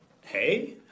Hey